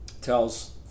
tells